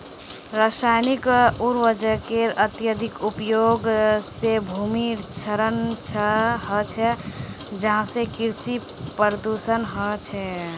रासायनिक उर्वरकेर अत्यधिक उपयोग से भूमिर क्षरण ह छे जहासे कृषि प्रदूषण ह छे